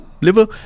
liver